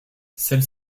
celle